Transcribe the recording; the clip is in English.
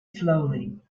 slowly